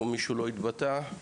מישהו לא התבטא?